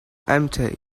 empty